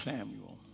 Samuel